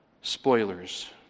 spoilers